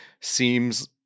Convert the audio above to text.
seems